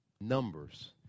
Numbers